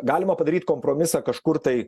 galima padaryt kompromisą kažkur tai